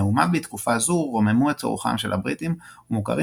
נאומיו בתקופה זו רוממו את רוחם של הבריטים ומוכרים